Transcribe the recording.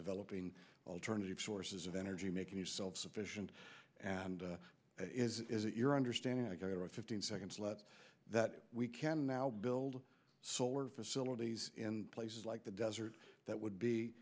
developing alternative sources of energy making you self sufficient and is it your understanding i got fifteen seconds left that we can now build solar facilities in places like the desert that would be